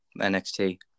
NXT